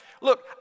look